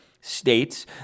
states